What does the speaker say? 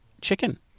chicken